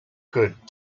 could